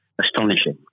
astonishing